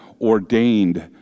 ordained